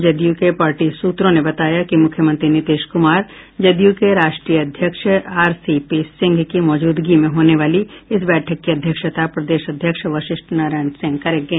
जदयू के पार्टी सूत्रों ने बताया कि मुख्यमंत्री नीतीश कुमार जदयू के राष्ट्रीय अध्यक्ष आरसीपी सिंह की मौजूदगी में होने वाली इस बैठक की अध्यक्षता प्रदेश अध्यक्ष वशिष्ठ नारायण सिंह करेंगे